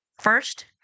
first